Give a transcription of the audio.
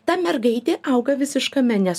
ta mergaitė auga visiškame nes